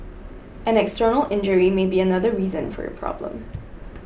an external injury may be another reason for your problem